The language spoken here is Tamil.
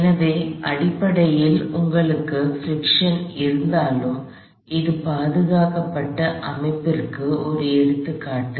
எனவே அடிப்படையில் உங்களுக்கு பிரிக்ஷன் இருந்தாலும் இது பாதுகாக்கப்பட்ட அமைப்புக்கு ஒரு எடுத்துக்காட்டு